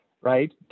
right